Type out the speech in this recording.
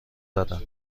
دارن